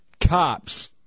cops